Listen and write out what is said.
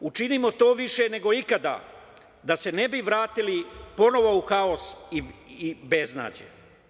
Učinimo to više nego ikada, da se ne bi vratili ponovo u haos i beznađe.